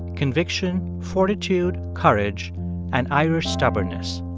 conviction, fortitude, courage and irish stubbornness.